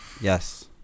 Yes